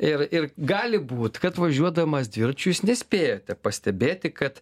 ir ir gali būt kad važiuodamas dviračiu jūs nespėjote pastebėti kad